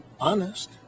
honest